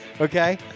Okay